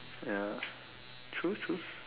ya true true